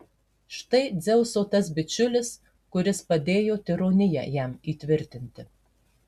štai dzeuso tas bičiulis kuris padėjo tironiją jam įtvirtinti